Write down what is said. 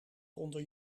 onder